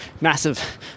Massive